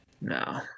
no